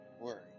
worry